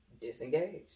disengage